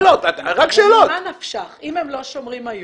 אם הם לא שומרים היום,